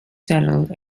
settlement